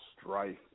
strife